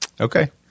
Okay